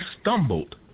stumbled